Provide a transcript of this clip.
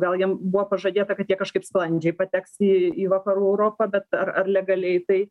gal jiem buvo pažadėta kad jie kažkaip sklandžiai pateks į į vakarų europą bet ar ar legaliai tai